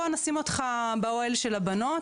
בוא נשים אותך באוהל של הבנות,